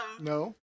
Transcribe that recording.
No